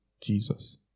Jesus